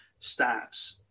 stats